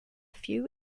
few